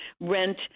Rent